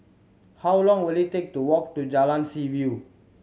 how long will it take to walk to Jalan Seaview